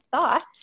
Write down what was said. thoughts